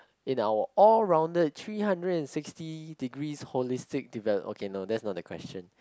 in our all rounded three hundred and sixty degrees holistic develop okay no that's not the question